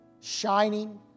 shining